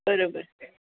बरोबर